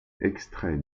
extrait